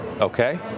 Okay